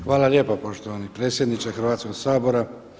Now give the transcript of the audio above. Hvala lijepa poštovani predsjedniče Hrvatskog sabora.